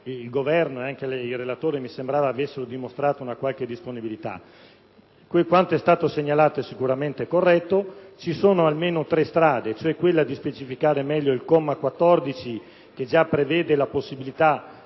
del Governo ed il relatore mi sembrava avessero dimostrato una qualche disponibilità. Quanto è stato segnalato è sicuramente corretto. Ci sono almeno tre strade: quella di specificare meglio il comma 14, che già prevede la possibilità